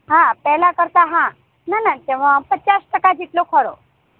હા પહેલાં કરતાં હા ના ના એમાં પચાસ ટકા જેટલો ખરો